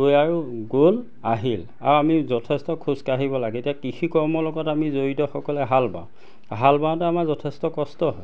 গৈ আৰু গ'ল আহিল আৰু আমি যথেষ্ট খোজকাঢ়িব লাগে এতিয়া কৃষি কৰ্মৰ লগত আমি জড়িতসকলে হাল বাওঁ হাল বাওঁতে আমাৰ যথেষ্ট কষ্ট হয়